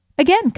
Again